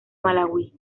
malawi